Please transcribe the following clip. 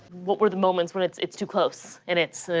what were the moments when it's it's too close and it's,